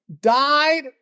died